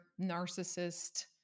narcissist